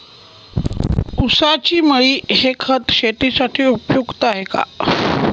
ऊसाची मळी हे खत शेतीसाठी उपयुक्त आहे का?